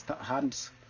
hands